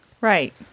Right